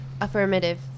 Affirmative